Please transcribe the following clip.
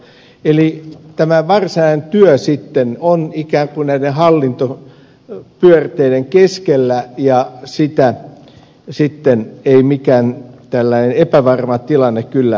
eli tämä varsinainen työ sitten on ikään kuin näiden hallintopyörteiden keskellä ja sitä sitten ei mikään tällainen epävarma tilanne kyllä helpota